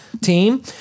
Team